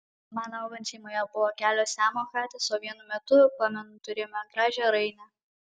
man augant šeimoje buvo kelios siamo katės o vienu metu pamenu turėjome gražią rainę